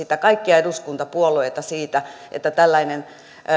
kaikkia eduskuntapuolueita siitä että tällainen